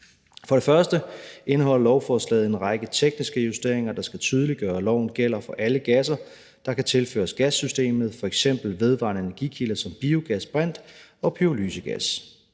For det første indeholder lovforslaget en række tekniske justeringer, der skal tydeliggøre, at loven gælder for alle gasser, der kan tilføres gassystemet, f.eks. vedvarende energi-kilder som biogas, brint og pyrolysegas.